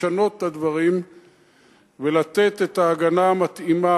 לשנות את הדברים ולתת את ההגנה המתאימה